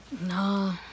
No